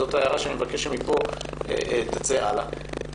זאת ההערה שאני מקווה שתצא מפה הלאה.